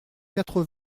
quatre